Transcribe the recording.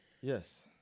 Yes